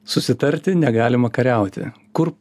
susitarti negalima kariauti kur